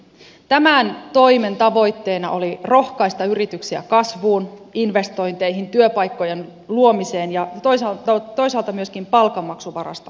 tämän toimen tavoitteena oli rohkaista yrityksiä kasvuun investointeihin työpaikkojen luomiseen ja toisaalta myöskin palkanmaksuvarasta huolehtimiseen